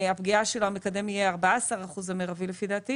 המקדם המרבי שלו יהיה 14%,